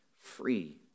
free